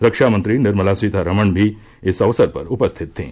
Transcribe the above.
रक्षा मंत्री निर्मला सीतारामन भी इस अवसर पर उपस्थित थीं